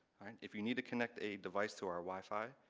and if you need to connect a device to our wi-fi,